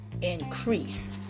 increase